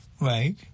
Right